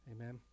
Amen